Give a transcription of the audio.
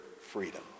freedom